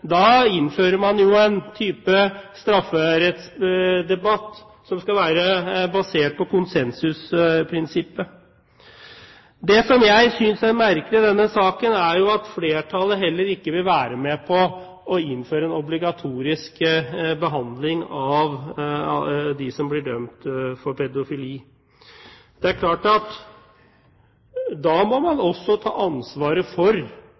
Da innfører man jo en type strafferettsdebatt som er basert på konsensusprinsippet. Det som jeg synes er merkelig i denne saken, er at flertallet heller ikke vil være med på å innføre en obligatorisk behandling av dem som blir dømt for pedofili. Det er klart at man må ta ansvaret for